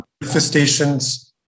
manifestations